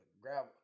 grab